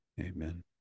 Amen